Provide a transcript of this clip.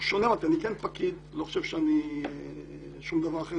אני כן פקיד, אני לא חושב שאני שום דבר אחר.